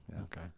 Okay